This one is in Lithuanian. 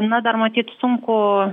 na dar matyt sunku